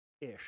ish